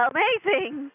Amazing